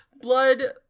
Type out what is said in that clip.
Blood